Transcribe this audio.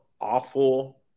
awful